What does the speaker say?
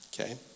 Okay